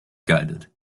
guided